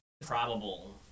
probable